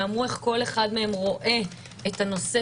ואמרו איך כל אחד מהם רואה את הנושא